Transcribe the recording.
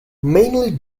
mainly